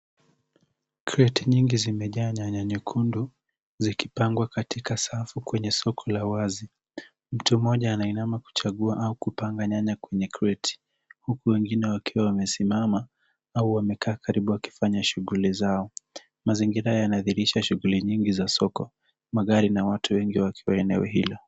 Kreti nyingi zimejaa nyanya nyekundu zikipangwa katika safu kwenye soko la wazi. Mtu mmoja anainama kuchagua au kupanga nyanya kwenye kreti huku wengine wakiwa wamesimama au wamekaa karibu wakifanya shughuli zao. Mazingira yana dhihirisha shughuli nyingi za soko magari na watu wengi wakiwa eneo hilo.